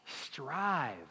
Strive